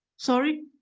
sorry.